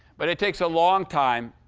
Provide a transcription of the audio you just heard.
but it takes a long time,